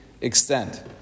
extent